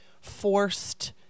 forced